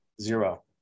Zero